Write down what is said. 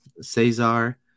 Cesar